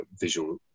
visual